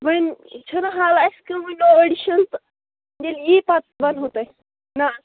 وۄنۍ چھُنہٕ حالہ اَسہِ کٕہنۍ نوٚو ایڈِشن تہٕ ییٚلہِ ییٚیہِ پَتہٕ وَنہو تۄہہِ نہ